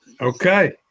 Okay